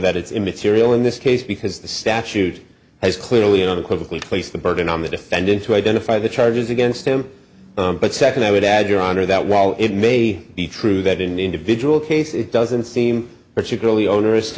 it's immaterial in this case because the statute has clearly unequivocal place the burden on the defendant to identify the charges against him but second i would add your honor that while it may be true that in individual cases it doesn't seem particularly oner